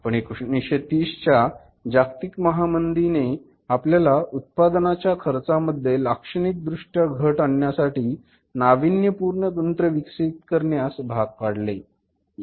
पण 1930 च्या जागतिक महामंदी ने आपल्याला उत्पादनाच्या खर्चामध्ये लाक्षणिक दृष्ट्या घट आणण्यासाठी नाविन्यपूर्ण तंत्र विकसित करण्यास भाग पाडले